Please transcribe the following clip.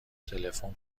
تلفن